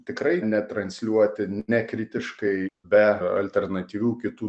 tikrai netransliuoti nekritiškai be alternatyvių kitų